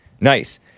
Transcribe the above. Nice